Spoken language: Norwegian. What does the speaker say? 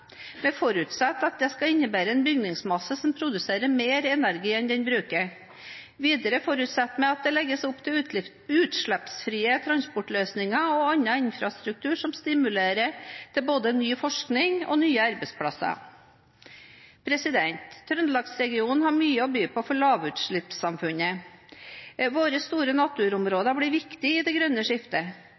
Vi forutsetter at det skal innebære en bygningsmasse som produserer mer energi enn den bruker. Videre forutsetter vi at det legges opp til utslippsfrie transportløsninger og annen infrastruktur som stimulerer til både ny forskning og nye arbeidsplasser. Trøndelags-regionen har mye å by på for lavutslippssamfunnet. Våre store naturområder blir viktige i det grønne skiftet.